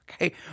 okay